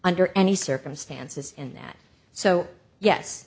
under any circumstances and that so yes